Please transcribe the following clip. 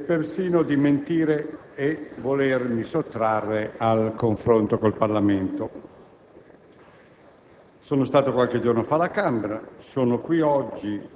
persino di mentire e di volermi sottrarre al confronto con il Parlamento. Sono stato qualche giorno fa alla Camera ed oggi sono qui.